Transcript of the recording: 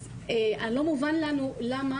אז לא מובן לנו למה